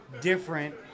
different